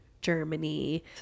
Germany